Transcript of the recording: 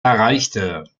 erreichte